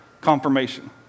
confirmation